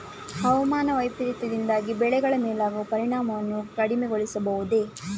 ಹವಾಮಾನ ವೈಪರೀತ್ಯದಿಂದಾಗಿ ಬೆಳೆಗಳ ಮೇಲಾಗುವ ಪರಿಣಾಮವನ್ನು ಕಡಿಮೆಗೊಳಿಸಬಹುದೇ?